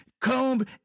comb